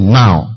now